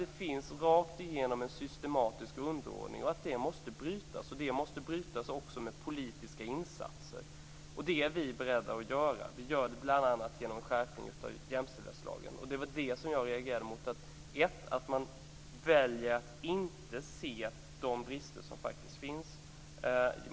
Det finns rakt igenom en systematisk grundordning, och den måste brytas. Den måste brytas också med politiska insatser. Det är vi beredda att göra. Vi gör det bl.a. genom en skärpning av jämställdhetslagen. Jag reagerade mot att man väljer att inte se de brister som faktiskt finns.